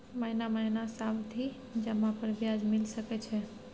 महीना महीना सावधि जमा पर ब्याज मिल सके छै?